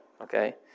Okay